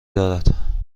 دارد